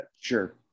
Sure